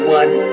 one